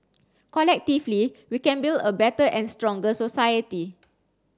collectively we can build a better and stronger society